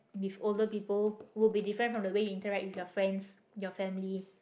with older people will be different from the way you interact with your friends your family